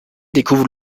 découvre